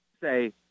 say